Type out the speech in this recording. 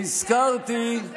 נזכרתי